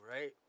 right